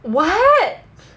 why